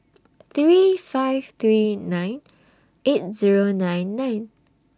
three five three nine eight Zero nine nine